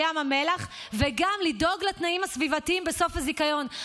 ים המלח וגם לדאוג לתנאים הסביבתיים בסוף הזיכיון,